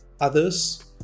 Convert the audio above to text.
others